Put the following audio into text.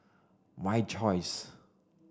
my Choice